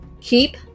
keep